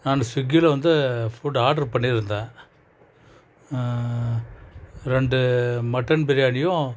நான் ஸ்விக்கில வந்து ஃபுட் ஆட்ரு பண்ணியிருந்தேன் ரெண்டு மட்டன் பிரியாணியும்